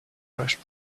rushed